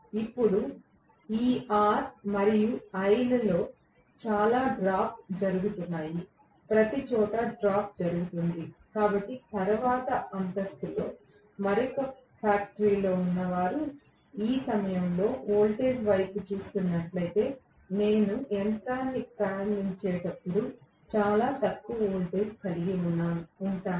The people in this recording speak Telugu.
అప్పుడు ఈ R మరియు l ల లో చాలా డ్రాప్ జరుగుతున్నాయి ప్రతిచోటా డ్రాప్ జరుగుతోంది కాబట్టి తరువాతి అంతస్తులో మరొక ఫ్యాక్టరీ ఉన్న వారు ఈ సమయంలో వోల్టేజ్ వైపు చూస్తున్నట్లయితే నేను యంత్రాన్ని ప్రారంభించేటప్పుడు చాలా తక్కువ వోల్టేజ్ కలిగి ఉంటాను